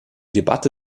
debatte